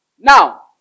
now